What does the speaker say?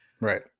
Right